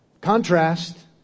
Contrast